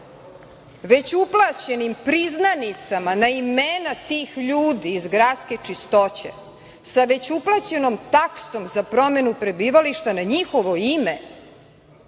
već uplaćenim priznanicama na imena tih ljudi iz „Gradske čistoće“, sa već uplaćenom taksom za promenu prebivališta na njihovo ime.